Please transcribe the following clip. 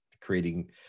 creating